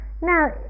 now